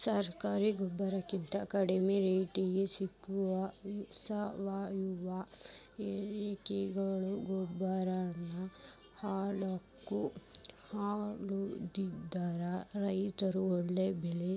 ಸರಕಾರಿ ಗೊಬ್ಬರಕಿಂತ ಕಡಿಮಿ ರೇಟ್ನ್ಯಾಗ್ ಸಿಗೋ ಸಾವಯುವ ಎರೆಹುಳಗೊಬ್ಬರಾನ ಹೊಲಕ್ಕ ಹಾಕೋದ್ರಿಂದ ರೈತ ಒಳ್ಳೆ ಬೆಳಿ